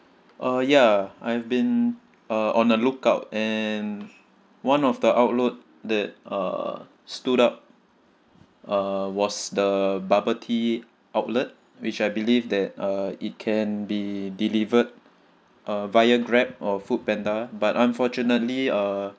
uh ya I've been uh on a lookout and one of the outlet that uh stood up uh was the bubble tea outlet which I believe that uh it can be delivered uh via grab or food panda but unfortunately uh